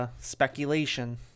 speculation